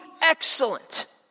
excellent